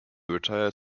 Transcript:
retired